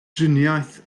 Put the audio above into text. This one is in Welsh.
driniaeth